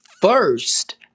first